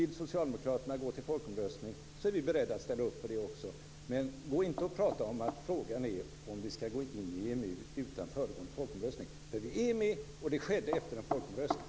Om Socialdemokraterna vill gå till folkomröstning är vi beredda att ställa upp på det också. Men kom och inte och prata om att frågan är om vi ska gå in i EMU utan föregående folkomröstning! Vi är med, och det skedde efter en folkomröstning.